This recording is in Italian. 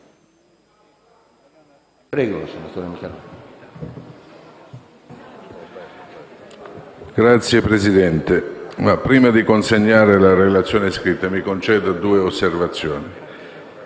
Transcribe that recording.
Signor Presidente, prima di consegnare la relazione scritta mi conceda due osservazioni: